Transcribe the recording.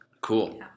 Cool